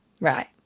Right